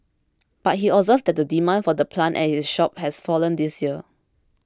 but he observed that the demand for the plant at his shop has fallen this year